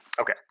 Okay